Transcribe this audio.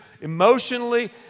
emotionally